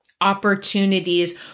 opportunities